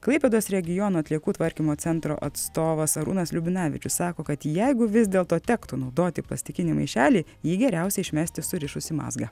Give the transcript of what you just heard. klaipėdos regiono atliekų tvarkymo centro atstovas arūnas liubinavičius sako kad jeigu vis dėl to tektų naudoti plastikinį maišelį jį geriausia išmesti surišus į mazgą